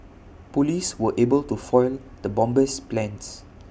Police were able to foil the bomber's plans